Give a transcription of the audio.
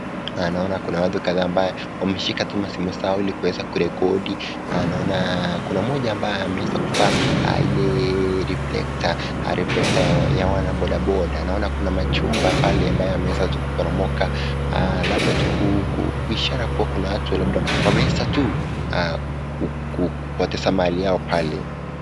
Naona kuna watu kadhaa ambao wameshika tu masimu yao ili kuweza kurekodi. Naona kuna mmoja ambaye ameweza tu kuvaa ile reflector , reflector ya wanabodaboda. Naona kuna machumba pale ambayo yameweza tu kuporomoka. Labda tu kuishara kuwa kuna watu labda wameweza tu kupoteza mali yao pale.